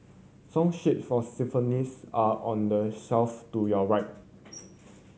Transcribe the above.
song sheet for xylophones are on the shelf to your right